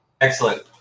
Excellent